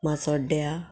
माजोड्ड्या